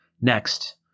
Next